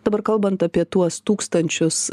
dabar kalbant apie tuos tūkstančius